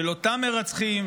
של אותם מרצחים.